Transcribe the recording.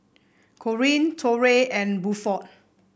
Corrine Torey and Bluford